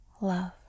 love